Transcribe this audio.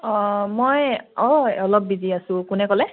মই অঁ অলপ বিজি আছোঁ কোনে ক'লে